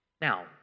Now